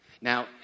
Now